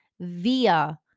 via